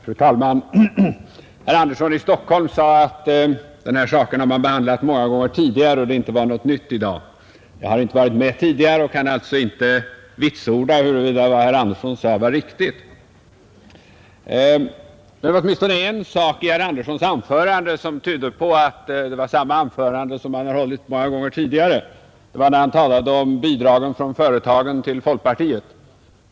Fru talman! Herr Andersson i Stockholm sade att den här frågan har behandlats många gånger tidigare i riksdagen och att det inte hade anförts något nytt i dag. Jag har inte varit med tidigare och kan alltså inte vitsorda huruvida detta är riktigt. Men åtminstone en passus i herr Anderssons anförande tydde på att det var samma anförande som han har hållit många gånger förut. Det var när han talade om bidragen från företagen till folkpartiet.